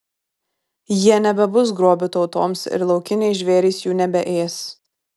jie nebebus grobiu tautoms ir laukiniai žvėrys jų nebeės